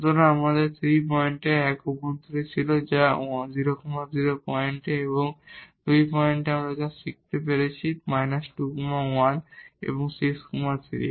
সুতরাং আমাদের 3 পয়েন্ট 1 অভ্যন্তরে ছিল যা একটি 0 0 পয়েন্ট এবং 2 পয়েন্ট যা আমরা এখানে পেয়েছি 2 1 এবং 6 3